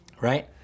right